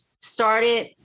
started